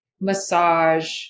massage